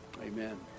Amen